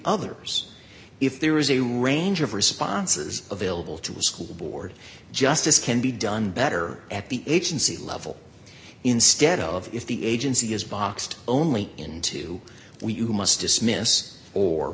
others if there is a range of responses available to a school board justice can be done better at the agency level instead of if the agency is boxed only into